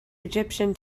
egyptian